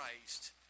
Christ